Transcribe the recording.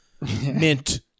mint